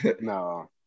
No